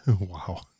Wow